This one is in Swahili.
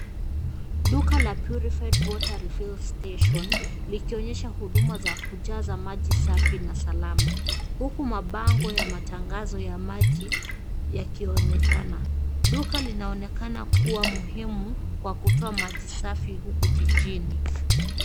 Duka la purified water refill station likionyesha huduma za kujaza maji safi na salama huku mabango ya matangazo ya maji yakionekana. Duka linaonekana kuwa muhimu kwa kutoa maji safi huku jijini.